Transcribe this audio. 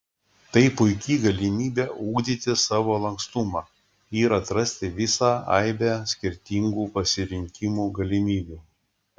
tai puiki galimybė ugdyti savo lankstumą ir atrasti visą aibę skirtingų pasirinkimų galimybių